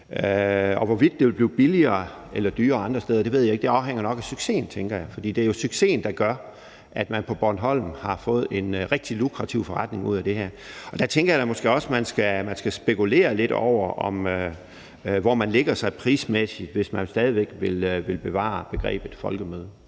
Hvorvidt det vil blive billigere eller dyrere andre steder, ved jeg ikke. Det afhænger nok af succesen, tænker jeg. For det er jo succesen, der gør, at man på Bornholm har fået en rigtig lukrativ forretning ud af det her, og der tænker jeg da måske også, at man skal spekulere lidt over, hvor man lægger sig prismæssigt, hvis man stadig væk vil bevare begrebet folkemøde.